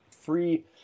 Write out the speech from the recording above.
free